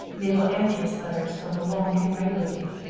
mabel andrews' letters from boulogne came regularly.